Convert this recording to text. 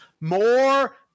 more